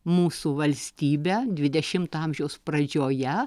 mūsų valstybę dvidešimto amžiaus pradžioje